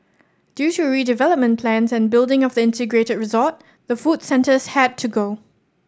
due to redevelopment plans and building of the integrated resort the food centres had to go